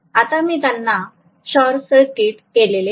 आता मी त्यांना शॉर्टसर्किट केलेले नाही